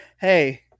hey